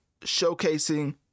showcasing